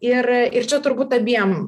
ir ir čia turbūt abiem